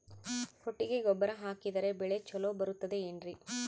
ಕೊಟ್ಟಿಗೆ ಗೊಬ್ಬರ ಹಾಕಿದರೆ ಬೆಳೆ ಚೊಲೊ ಬರುತ್ತದೆ ಏನ್ರಿ?